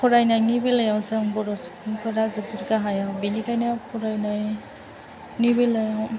फरायनायनि बेलायाव जों बर' सुबुंफोरा जोबोद गाहायाव बिनिखायनो फरायनायनि बेलायाव